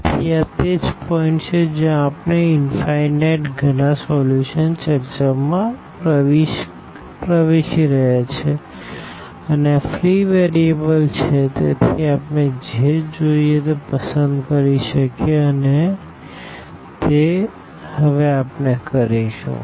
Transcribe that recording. તેથી આ તે જ પોઈન્ટછે જ્યાં આપણે ઇનફાઈનાઈટ ઘણા સોલ્યુશન ચર્ચામાં પ્રવેશી રહ્યા છીએ અને આ ફ્રી વેરીએબલ છે તેથી આપણે જે જોઈએ તે પસંદ કરી શકીએ છીએ અને તે હવે આપણે કરીશું